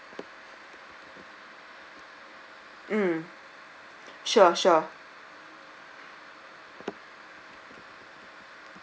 mm sure sure